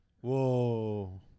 Whoa